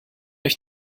ich